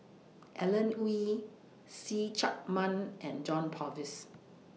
Alan Oei See Chak Mun and John Purvis